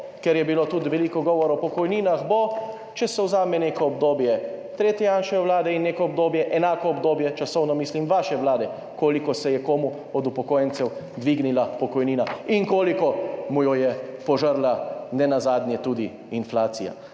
ker je bilo tudi veliko govora o pokojninah, če se vzame neko obdobje tretje Janševe vlade in enako obdobje, časovno mislim, vaše vlade, koliko se je komu od upokojencev dvignila pokojnina in koliko mu je je požrla nenazadnje tudi inflacija.